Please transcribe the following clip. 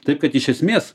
taip kad iš esmės